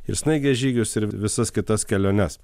ir snaigės žygius ir visas kitas keliones